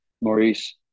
Maurice